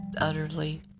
Utterly